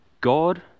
God